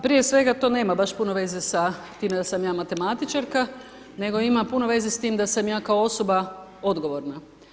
Prije svega to nema puno veze sa time da sam ja matematičarka, nego ima puno veze s tim da sam ja kao osoba odgovorna.